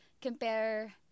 compare